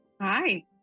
Hi